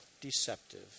deceptive